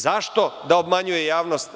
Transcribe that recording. Zašto da obmanjuje javnost?